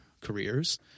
careers